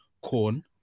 corn